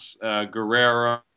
Guerrero